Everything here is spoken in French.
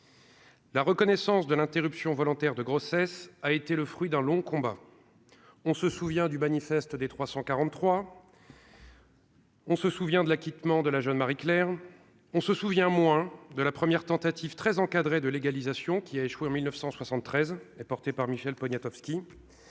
La reconnaissance de l'interruption volontaire de grossesse a été le fruit d'un long combat, on se souvient du Manifeste des 343. On se souvient de l'acquittement de la jeune Marie-Claire, on se souvient, moins de la première tentative très encadré de légalisation qui a échoué en 1973 et porté par Michel Poniatowski,